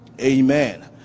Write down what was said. Amen